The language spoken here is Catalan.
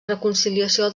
reconciliació